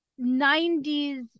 90s